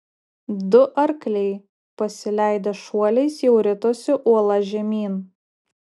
du arkliai pasileidę šuoliais jau ritosi uola žemyn